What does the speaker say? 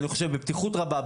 אני חושב בפתיחות רבה,